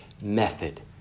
method